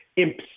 imps